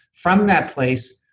from that place,